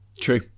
true